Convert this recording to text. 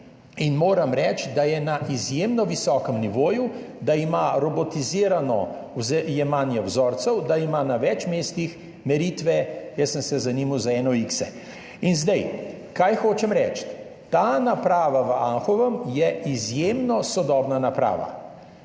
in moram reči, da je na izjemno visokem nivoju, da ima robotizirano jemanje vzorcev, da ima na več mestih meritve, jaz sem se zanimal za NOx. Kaj hočem reči? Ta naprava v Anhovem je izjemno sodobna naprava,